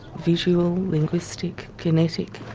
visual, linguistic, phonetic,